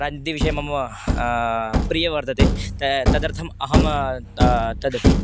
राजनीतिविषये मम प्रियं वर्तते त तदर्थम् अहं तद्